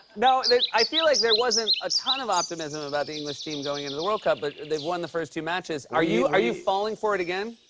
now i feel like there wasn't a ton of optimism about the english team going into the world cup, but they've won the first two matches. are you are you falling for it again?